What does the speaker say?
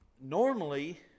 normally